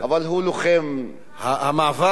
אבל הוא לוחם אמיץ.